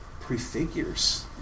prefigures